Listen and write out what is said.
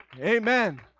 Amen